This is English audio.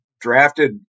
drafted